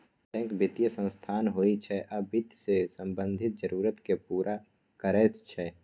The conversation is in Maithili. बैंक बित्तीय संस्थान होइ छै आ बित्त सँ संबंधित जरुरत केँ पुरा करैत छै